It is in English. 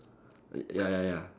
ya ya ya